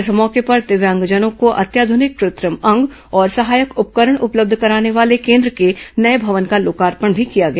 इस मौके पर दिव्यांगजनों को अत्याध्रनिक कृत्रिम अंग और सहायक उपकरण उपलब्ध कराने वाले केन्द्र के नये भवन का लोकार्पण भी किया गया